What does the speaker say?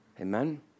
Amen